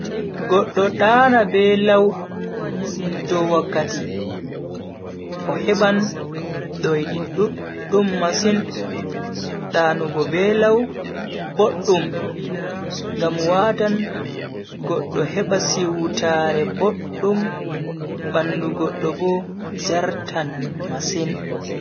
Goddo dana be lau dow wakkati, o heban doidi duddum masin. danugo be lau boddum ngam watan goddo heba siwtaare boddum bandu goddo bo jartan masin.